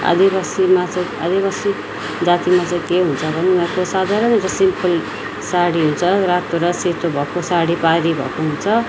आदिवासीमा चाहिँ आदिवासी जातिमा चाहिँ के हुन्छ भने उनीहरूको साधारण र सिम्पल साडी हुन्छ रातो र सेतो भएको साडी पारी भएको हुन्छ